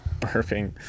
burping